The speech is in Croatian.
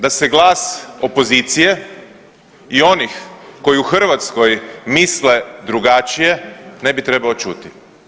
Da se glas opozicije i onih koji u Hrvatskoj misle drugačije ne bi trebao čuti.